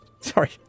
sorry